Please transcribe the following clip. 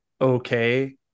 okay